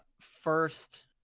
first –